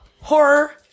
horror